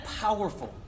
powerful